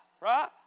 Right